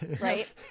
right